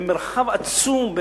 במרחב עצום,